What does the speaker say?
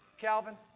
Calvin